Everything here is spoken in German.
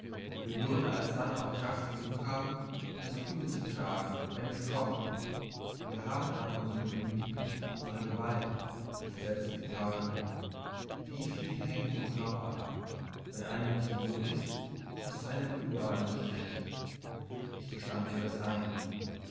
wir würden alsdann auch kraft genug haben das übel zu tragen wenn es kommt wir haben aber unser gemüt nicht in unserer gewalt versetzte die pfarrerin wie viel hängt vom körper ab wenn einem nicht wohl ist ist's einem überall nicht recht ich gestand ihr das ein